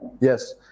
yes